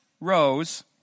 rose